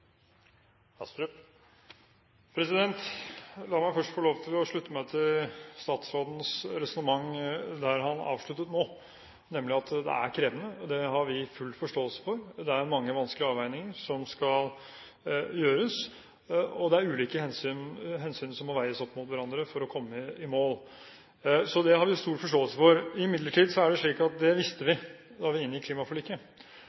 om. La meg først få lov til å slutte meg til statsrådens resonnement der han avsluttet nå, nemlig at det er krevende. Det har vi full forståelse for. Det er mange vanskelige avveininger som skal gjøres, og det er mange ulike hensyn som må veies opp mot hverandre for at man skal komme i mål. Så det har jeg stor forståelse for. Imidlertid er det slik at det